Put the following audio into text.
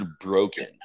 broken